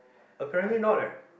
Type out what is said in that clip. apparently not ah